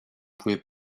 pouvait